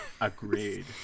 agreed